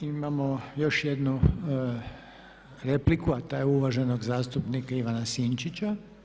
Imamo još jednu repliku a ta je uvaženog zastupnika Ivana Sinčića.